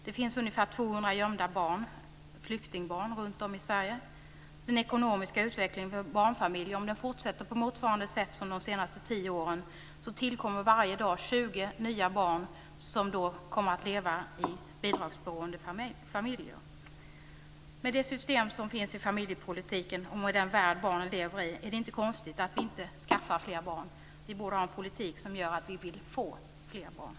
Det finns ungefär 200 gömda flyktingbarn runtom i Sverige. Om den ekonomiska utvecklingen för barnfamiljer fortsätter på motsvarande sätt som under de senaste tio åren så kommer 20 nya barn per dag att leva i bidragsberoende familjer. Med det system som finns i familjepolitiken och med den värld barnen lever i är det inte konstigt att vi inte skaffar fler barn. Vi borde ha en politik som gör att vi vill få fler barn.